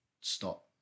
stop